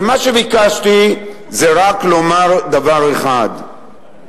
מה שביקשתי זה רק לומר דבר אחד: